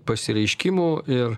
pasireiškimų ir